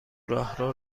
راهرو